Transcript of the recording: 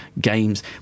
games